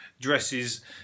dresses